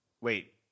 wait